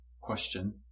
question